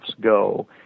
go